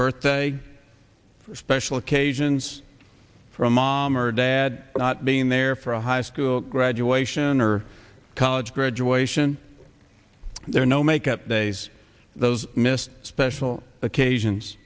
birthday special occasions for a mom or dad not being there for a high school graduation or college graduation there are no make up days those missed special occasions